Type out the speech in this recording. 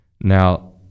Now